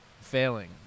failing